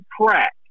crack